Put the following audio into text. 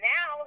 Now